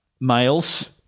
males